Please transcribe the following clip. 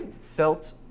felt